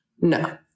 No